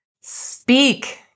speak